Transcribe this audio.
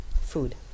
food